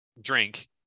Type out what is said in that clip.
Drink